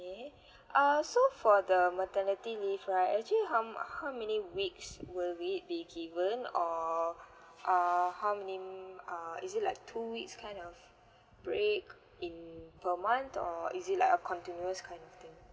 okay uh so for the maternity leave right actually how how many weeks will it be given or uh how many uh is it like two weeks kind of break in per month or is it like a continuous kind of thing